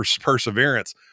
perseverance